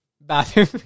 Bathroom